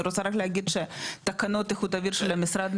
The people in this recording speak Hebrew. אני רוצה רק להגיד שתקנות איכות אוויר של המשרד,